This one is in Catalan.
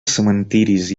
cementiris